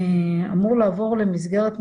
אמור לעבוד למסגרת מוסדית,